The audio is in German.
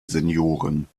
senioren